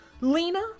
Lena